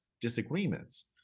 disagreements